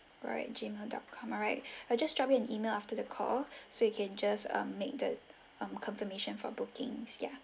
alright gmail dot com alright I will just drop you an email after the call so you can just um make that um confirmation for bookings ya